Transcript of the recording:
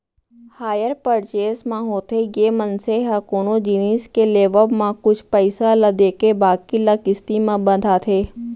hire purchase म होथे ये मनसे ह कोनो जिनिस के लेवब म कुछ पइसा ल देके बाकी ल किस्ती म बंधाथे